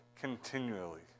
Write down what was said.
continually